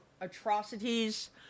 atrocities